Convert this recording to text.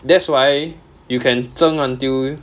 that's why you can 正 until